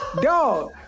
Dog